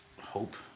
hope